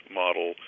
model